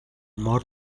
more